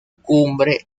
cumbre